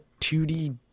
2D